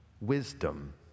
wisdom